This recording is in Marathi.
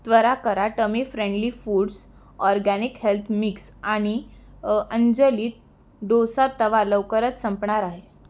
त्वरा करा tummy friendly foods organic health mix आणि अंजली डोसा तवा लवकरच संपणार आहे